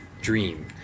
dream